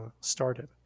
started